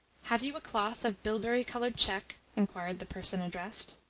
have you a cloth of bilberry-coloured check? inquired the person addressed.